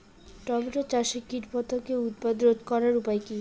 Tomato চাষে কীটপতঙ্গের উৎপাত রোধ করার উপায় কী?